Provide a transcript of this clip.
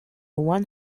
one